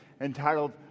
entitled